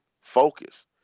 focus